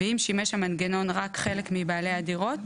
ואם שימש המנגנון רק חלק מבעלי הדירות,